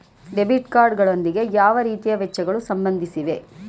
Debit card ಗಳೊಂದಿಗೆ ಯಾವ ರೀತಿಯ ವೆಚ್ಚಗಳು ಸಂಬಂಧಿಸಿವೆ?